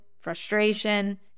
frustration